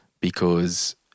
because-